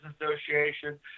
Association